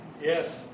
Yes